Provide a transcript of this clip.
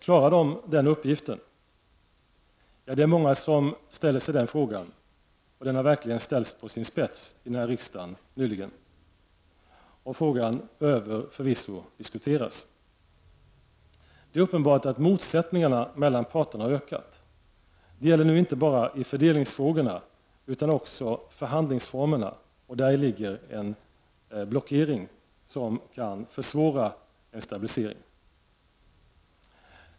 Klarar de av den uppgiften? Det är många som ställer sig den frågan och den har verkligen ställts på sin spets i den här riksdagen nyligen. Frågan behöver förvisso diskuteras. Det är uppenbart att motsättningarna mellan parterna har ökat. Det gäller nu inte bara fördelningsfrågorna utan också förhandlingsformerna. Däri ligger en blockering som kan försvåra en stabilisering.